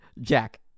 Jack